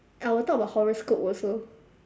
I'll talk about horoscope also